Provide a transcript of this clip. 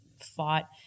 fought